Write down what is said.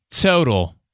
total